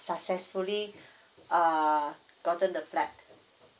successfully uh gotten the flat